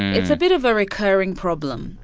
it's a bit of a recurring problem,